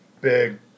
Big